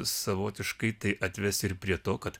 savotiškai tai atves ir prie to kad